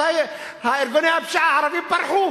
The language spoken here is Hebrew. אז ארגוני הפשיעה הערבים פרחו,